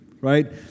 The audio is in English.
right